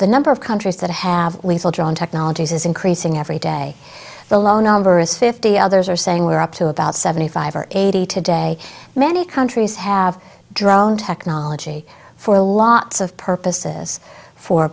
the number of countries that have drawn technologies is increasing every day the low number is fifty others are saying we're up to about seventy five or eighty today many countries have drone technology for a lots of purposes for